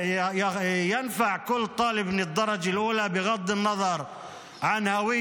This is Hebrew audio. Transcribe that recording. חוק שמועיל לכל תלמיד --- ללא קשר לזהות שלו,